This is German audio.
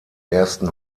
ersten